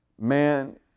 Man